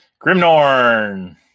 Grimnorn